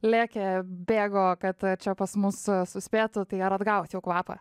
lėkė bėgo kad čia pas mus suspėtų tai ar atgavot jau kvapą